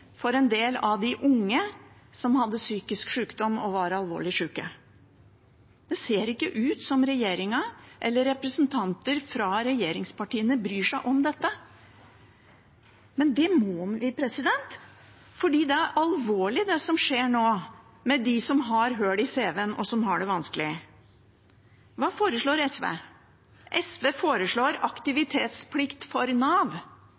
for en del av de unge som hadde psykisk sykdom og var alvorlig syke. Det ser ikke ut som regjeringen eller representanter fra regjeringspartiene bryr seg om dette, men det må de, for det er alvorlig det som nå skjer med dem som har hull i cv-en og har det vanskelig. Hva foreslår SV? SV foreslår aktivitetsplikt for Nav.